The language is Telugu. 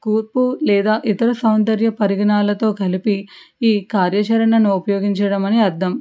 కూర్పు లేదా ఇతర సౌందర్య పరిగణాలతో కలిపి ఈ కార్యచరణను ఉపయోగించడం అని అర్థం